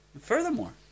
furthermore